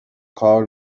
کار